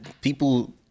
people